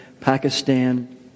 Pakistan